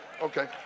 okay